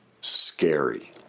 scary